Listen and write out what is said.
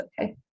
okay